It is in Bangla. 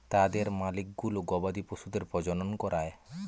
তাদের মালিকগুলো গবাদি পশুদের প্রজনন করায়